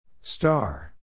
Star